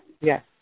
Yes